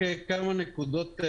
כמה נקודות.